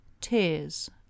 tears